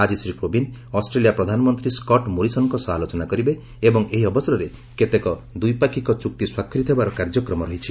ଆଜି ଶ୍ରୀ କୋବିନ୍ଦ ଅଷ୍ଟ୍ରେଲିଆ ପ୍ରଧାନମନ୍ତ୍ରୀ ସ୍କଟ୍ ମୋରିସନ୍ଙ୍କ ସହ ଆଲୋଚନା କରିବେ ଏବଂ ଏହି ଅବସରରେ କେତେକ ଦ୍ୱିପାକ୍ଷିକ ଚୃକ୍ତି ସ୍ୱାକ୍ଷରିତ ହେବାର କାର୍ଯ୍ୟକ୍ରମ ରହିଛି